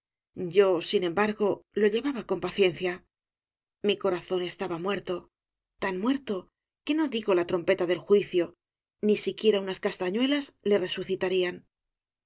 yo sin embargo lo llevaba con paciencia mi corazón estaba muerto tan muerto que no digo la trompeta del juicio ni siquiera unas castañuelas le resucitarían